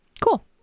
cool